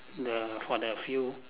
the for the few